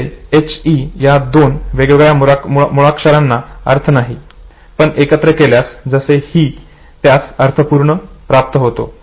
जसे की H E या दोन वेगवेगळ्या मुळाक्षराना अर्थ नाही पण एकत्र केल्यास जसे he त्यास अर्थ प्राप्त होतो